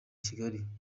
kigali